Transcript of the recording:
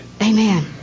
Amen